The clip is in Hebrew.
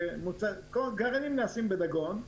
הגרעינים נעשים בדגון,